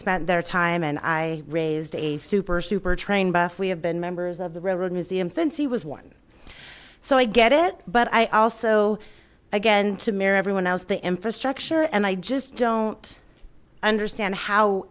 spent their time and i raised a super super train buff we have been members of the railroad museum since he was one so i get it but i also again tamir everyone else the infrastructure and i just don't understand how